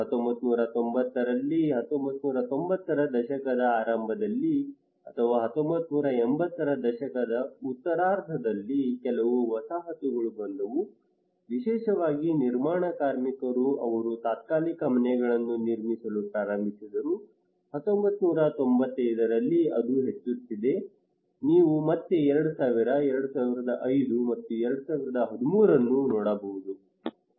1990 ರಲ್ಲಿ 1990 ರ ದಶಕದ ಆರಂಭದಲ್ಲಿ ಅಥವಾ 1980 ರ ದಶಕದ ಉತ್ತರಾರ್ಧದಲ್ಲಿ ಕೆಲವು ವಸಾಹತುಗಳು ಬಂದವು ವಿಶೇಷವಾಗಿ ನಿರ್ಮಾಣ ಕಾರ್ಮಿಕರು ಅವರು ತಾತ್ಕಾಲಿಕ ಮನೆಗಳನ್ನು ನಿರ್ಮಿಸಲು ಪ್ರಾರಂಭಿಸಿದರು 1995 ರಲ್ಲಿ ಅದು ಹೆಚ್ಚುತ್ತಿದೆ ನೀವು ಮತ್ತೆ 2000 2005 ಮತ್ತು 2013 ಅನ್ನು ನೋಡಬಹುದು